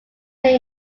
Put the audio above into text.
may